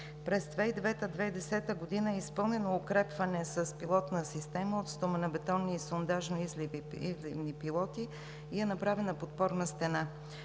През 2009 – 2010 г. е изпълнено укрепване с пилотна система от стоманобетонни и сондажни изливни пилоти и е направена подпорна стена.